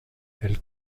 elle